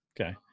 Okay